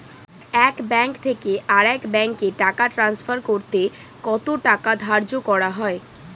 এক ব্যাংক থেকে আরেক ব্যাংকে টাকা টান্সফার করতে কত টাকা ধার্য করা হয়?